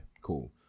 cool